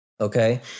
Okay